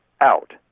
Out